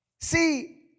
See